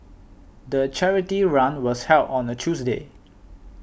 the charity run was held on a Tuesday